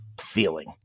feeling